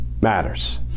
matters